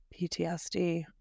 PTSD